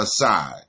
aside